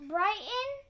Brighton